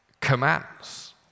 commands